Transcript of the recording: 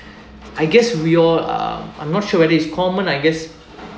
I guess we'll uh I'm not sure whether it's common I guess